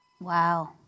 Wow